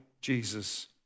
Jesus